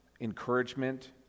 encouragement